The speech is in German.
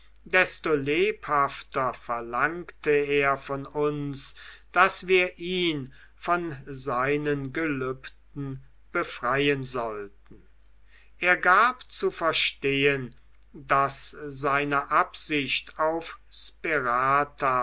desto lebhafter verlangte er von uns daß wir ihn von seinen gelübden befreien sollten er gab zu verstehen daß seine absicht auf sperata